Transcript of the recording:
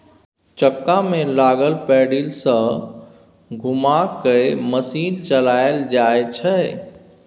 चक्का में लागल पैडिल सँ घुमा कय मशीन चलाएल जाइ छै